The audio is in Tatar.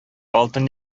алтын